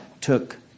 took